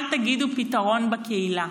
אל תגידו: פתרון בקהילה,